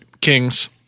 Kings